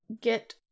get